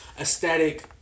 aesthetic